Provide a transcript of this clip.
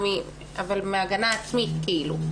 אבל מהגנה עצמית כאילו.